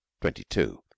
twenty-two